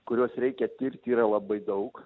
kuriuos reikia tirti yra labai daug